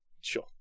Sure